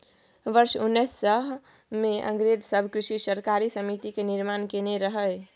वर्ष उन्नैस सय मे अंग्रेज सब कृषि सहकारी समिति के निर्माण केने रहइ